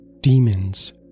demons